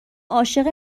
عاشق